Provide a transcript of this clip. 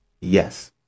yes